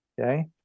okay